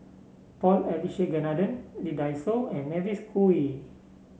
Paul Abisheganaden Lee Dai Soh and Mavis Khoo Oei